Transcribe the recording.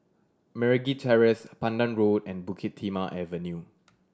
Meragi Terrace Pandan Road and Bukit Timah Avenue